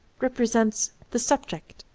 represents the subject,